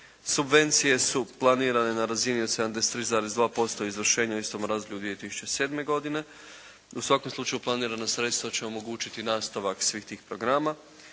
Subvencije su planirane na razini od 73,2% izvršenja u istom razdoblju 2007. godine. U svakom slučaju planirana sredstva će omogućiti nastavak svih tih programa.